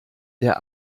der